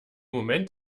moment